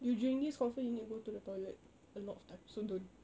you drink this confirm you need to go to the toilet a lot of times so don't